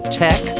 tech